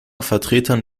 vertretern